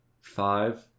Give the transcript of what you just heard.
Five